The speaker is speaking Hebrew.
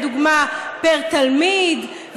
לדוגמה פר תלמיד,